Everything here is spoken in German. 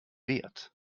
wert